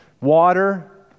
water